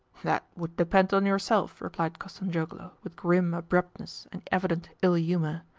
that would depend on yourself, replied kostanzhoglo with grim abruptness and evident ill-humour.